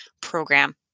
program